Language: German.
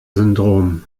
syndrom